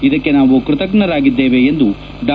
ಇದಕ್ಕೆ ನಾವು ಕೃತಜ್ಞರಾಗಿದ್ದೇವೆ ಎಂದು ಡಾ